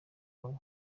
wawe